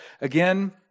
Again